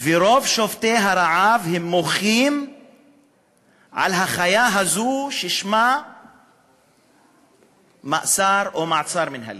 ורוב שובתי הרעב מוחים על החיה הזאת ששמה מאסר או מעצר מינהלי,